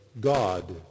God